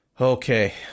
Okay